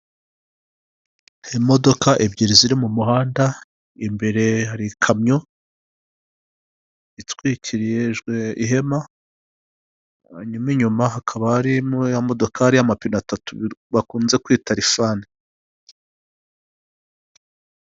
Imodoka ebyiri ziri mu muhanda. Imbere hari ikamyo itwikirijwe ihema, hanyuma inyuma hakaba harimo ya modokari y'amapine atatu bakunze kwita lifani.